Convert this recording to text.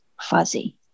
Fuzzy